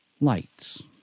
lights